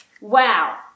wow